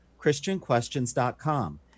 christianquestions.com